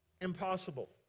impossible